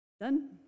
Done